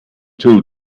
tool